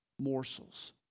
morsels